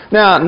Now